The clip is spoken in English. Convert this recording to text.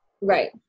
right